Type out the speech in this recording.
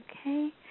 Okay